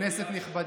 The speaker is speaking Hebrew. כנסת נכבדה,